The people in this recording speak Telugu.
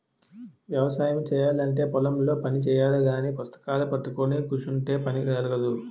వ్యవసాయము చేయాలంటే పొలం లో పని చెయ్యాలగాని పుస్తకాలూ పట్టుకొని కుసుంటే పని జరగదు